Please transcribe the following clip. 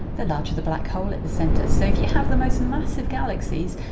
the larger the black hole at the centre. so if you have the most massive galaxies,